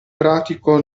pratico